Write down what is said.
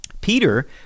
Peter